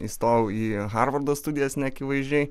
įstojau į harvardo studijas neakivaizdžiai